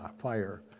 fire